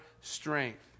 strength